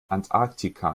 antarktika